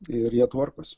ir jie tvarkosi